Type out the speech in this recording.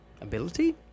ability